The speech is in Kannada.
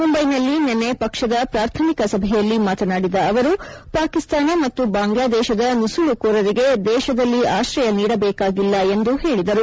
ಮುಂಬೈನಲ್ಲಿ ನಿನ್ನೆ ಪಕ್ಷದ ಪ್ರಾಥಮಿಕ ಸಭೆಯಲ್ಲಿ ಮಾತನಾಡಿದ ಅವರು ಪಾಕಿಸ್ತಾನ ಮತ್ತು ಬಾಂಗ್ಲಾದೇಶದ ನುಸುಳುಕೋರರಿಗೆ ದೇಶದಲ್ಲಿ ಆಶ್ರಯ ನೀಡಬೇಕಾಗಿಲ್ಲ ಎಂದು ಹೇಳಿದರು